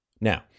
Now